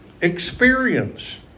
experience